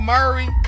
Murray